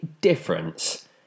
difference